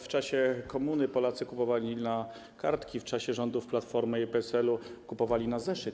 W czasie komuny Polacy kupowali na kartki, a w czasie rządów Platformy i PSL-u kupowali na zeszyt.